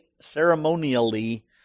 ceremonially